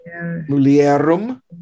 Mulierum